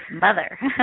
mother